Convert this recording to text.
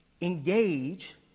engage